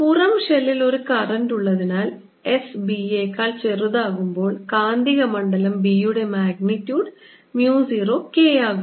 പുറം ഷെല്ലിൽ ഒരു കറന്റ് ഉള്ളതിനാൽ s b യെക്കാൾ ചെറുതാകുമ്പോൾ കാന്തിക മണ്ഡലം B യുടെ മാഗ്നിറ്റ്യൂഡ് mu 0 K ആകുന്നു